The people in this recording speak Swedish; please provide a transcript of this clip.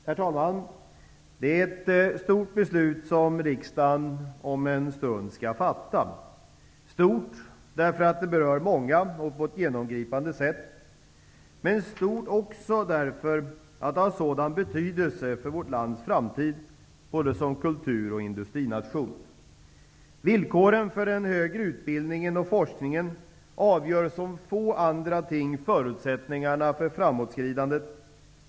Herr talman! Det är ett stort beslut som riksdagen om en stund skall fatta. Det är stort därför att det berör många och på ett genomgripande sätt. Men det är också stort därför att det har sådan betydelse för vårt lands framtid både som kultur och som industrination. Villkoren för den högre utbildningen och forskningen avgör som få andra ting förutsättningarna för framåtskridandet.